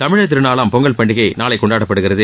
தமிழர் திருநாளாம் பொங்கல் பண்டிகை நாளை கொண்டாடப்படுகிறது